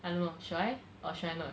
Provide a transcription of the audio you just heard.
I don't know should I or should I not